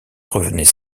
revenait